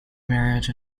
marriage